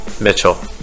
Mitchell